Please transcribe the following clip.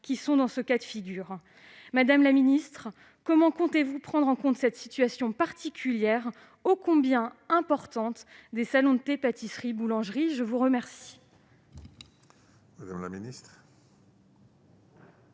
qui correspondent à ce cas de figure. Madame la ministre, comment comptez-vous prendre en compte cette situation particulière- ô combien importante ! -des salons de thé-pâtisseries-boulangeries ? La parole